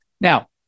Now